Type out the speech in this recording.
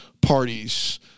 parties